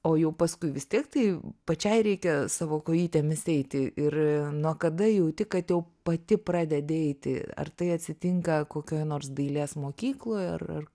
o jau paskui vis tiek tai pačiai reikia savo kojytėmis eiti ir nuo kada jauti kad jau pati pradedi eiti ar tai atsitinka kokioj nors dailės mokykloj ar ar